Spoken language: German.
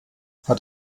hat